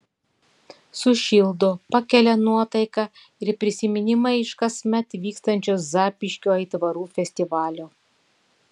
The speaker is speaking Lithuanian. sušildo pakelia nuotaiką ir prisiminimai iš kasmet vykstančio zapyškio aitvarų festivalio